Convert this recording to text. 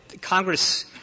Congress